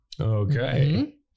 Okay